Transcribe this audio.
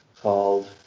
called